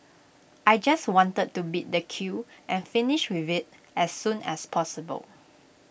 I just wanted to beat the queue and finish with IT as soon as possible